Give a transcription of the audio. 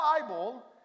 Bible